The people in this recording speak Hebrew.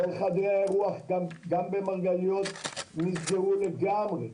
כל חדרי האירוח גם במרגליות נסגרו לגמרי.